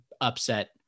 upset